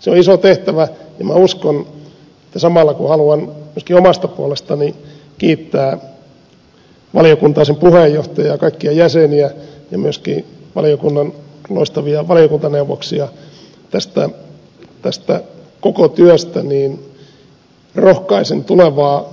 se on iso tehtävä ja minä samalla kun haluan myöskin omasta puolestani kiittää valiokuntaa ja sen puheenjohtajaa kaikkia jäseniä ja myöskin valiokunnan loistavia valiokuntaneuvoksia tästä koko työstä rohkaisen tulevaa